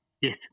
Yes